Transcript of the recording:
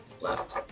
left